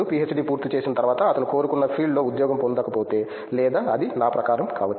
PhD పూర్తి చేసిన తర్వాత అతను కోరుకున్న ఫీల్డ్లో ఉద్యోగం పొందకపోతే లేదా అది నా ప్రకారం కావచ్చు